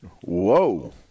Whoa